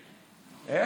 איך?